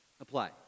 apply